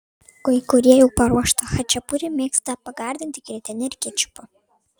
kai kurie jau paruoštą chačapuri mėgsta pagardinti grietine ir kečupu